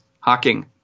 Hawking